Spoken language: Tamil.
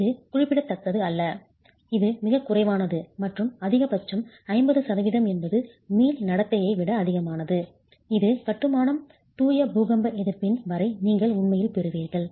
இது குறிப்பிடத்தக்கது அல்ல இது மிகக் குறைவானது மற்றும் அதிகபட்சம் 50 சதவிகிதம் என்பது மீள் நடத்தையை விட அதிகமானது இது கட்டுமானம் தூய பூகம்ப எதிர்ப்பின் வரை நீங்கள் உண்மையில் பெறுவீர்கள்